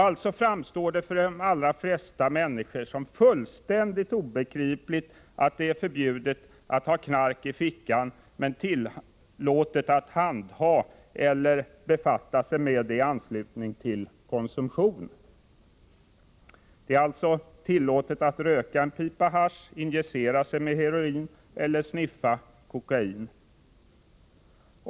Det framstår alltså för de allra flesta människor som fullständigt obegripligt att det är förbjudet att ha knark i fickan men tillåtet att handha eller befatta sig med det i anslutning till konsumtion. Det är alltså tillåtet att röka en pipa hasch, att injicera sig med heroin eller att sniffa kokain.